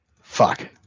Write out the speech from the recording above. Fuck